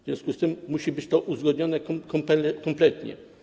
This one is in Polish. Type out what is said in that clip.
W związku z tym musi być to uzgodnione kompletnie.